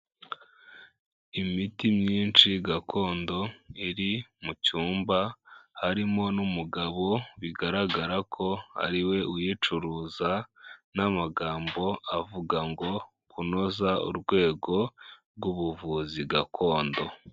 Imiti myinshi gakondo iri mu cyumba, harimo n'umugabo bigaragara ko ariwe uyicuruza n'amagambo avuga ngo kunoza urwego rw'ubuvuzi gakondo.